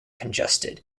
congested